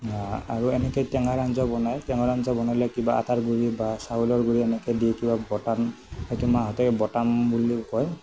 আৰু এনেকৈ টেঙাৰ আঞ্জা বনাই টেঙাৰ আঞ্জা বনালে কিবা আটাৰ গুৰি বা চাউলৰ গুৰি এনেকৈ দি কিবা বটাম সেইটো মাহঁতে বটাম বুলিও কয়